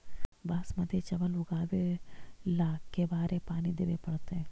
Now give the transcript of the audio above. बासमती चावल उगावेला के बार पानी देवे पड़तै?